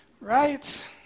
right